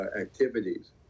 activities